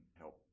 help